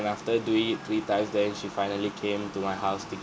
and after doing it three times then she finally came to my house to give